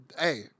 Hey